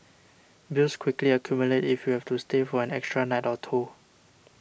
bills quickly accumulate if you have to stay for an extra night or two